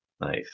Nice